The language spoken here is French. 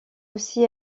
aussi